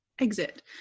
Exit